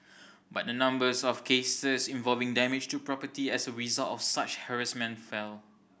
but the numbers of cases involving damage to property as a result of such harassment fell